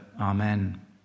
Amen